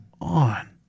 on